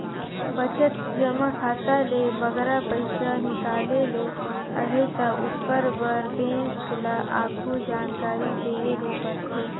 बचत जमा खाता ले बगरा पइसा हिंकाले ले अहे ता ओकर बर बेंक ल आघु जानकारी देहे ले परथे